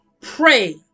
Pray